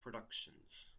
productions